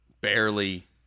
barely